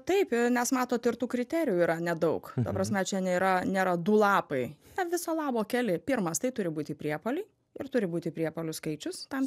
taip nes matot ir tų kriterijų yra nedaug ta prasme čia nėra nėra du lapai na viso labo keli pirmas tai turi būti į priepuoliai ir turi būti priepuolių skaičius tam